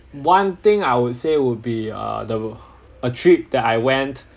one thing I would say would be uh the a trip that I went